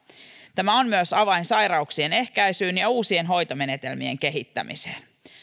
tämä on myös avain sairauksien ehkäisyyn ja uusien hoitomenetelmien kehittämiseen